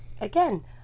Again